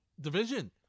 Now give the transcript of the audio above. division